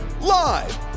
Live